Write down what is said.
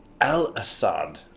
Al-Assad